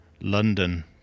London